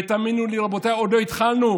ותאמינו לי, רבותיי, עוד לא התחלנו.